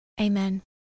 Amen